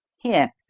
here,